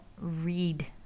read